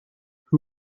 who